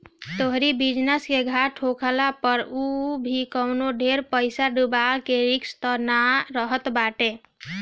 तोहरी बिजनेस के घाटा होखला पअ भी कवनो ढेर पईसा डूबला के रिस्क तअ नाइ रहत बाटे